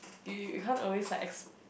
you you you can't always like ex~